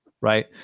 Right